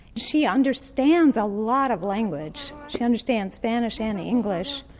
she understands a lot of language. she understands spanish and english.